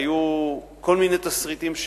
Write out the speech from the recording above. ראינו כל מיני תסריטים.